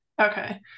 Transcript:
Okay